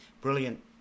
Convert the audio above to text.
Brilliant